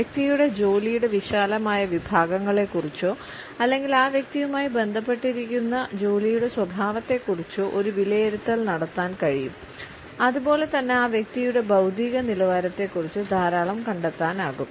വ്യക്തിയുടെ ജോലിയുടെ വിശാലമായ വിഭാഗങ്ങളെക്കുറിച്ചോ അല്ലെങ്കിൽ ആ വ്യക്തിയുമായി ബന്ധപ്പെട്ടിരിക്കുന്ന ജോലിയുടെ സ്വഭാവത്തെക്കുറിച്ചോ ഒരു വിലയിരുത്തൽ നടത്താൻ കഴിയും അതുപോലെ തന്നെ ആ വ്യക്തിയുടെ ബൌദ്ധിക നിലവാരത്തെക്കുറിച്ച് ധാരാളം കണ്ടെത്താനാകും